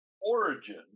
Origin